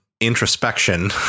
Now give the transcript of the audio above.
introspection